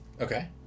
Okay